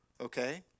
okay